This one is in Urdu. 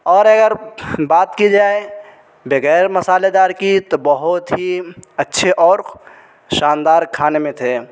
اور اگر بات کی جائے بگیر مسالےدار کی تو بہت ہی اچھے اور شاندار کھانے میں تھے